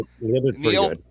Neil